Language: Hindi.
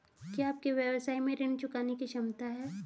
क्या आपके व्यवसाय में ऋण चुकाने की क्षमता है?